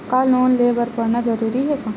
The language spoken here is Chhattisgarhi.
का लोन ले बर पढ़ना जरूरी हे का?